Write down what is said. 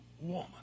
woman